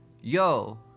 yo